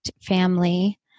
family